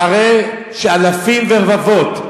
אחרי שאלפים ורבבות,